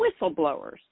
whistleblowers